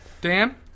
Dan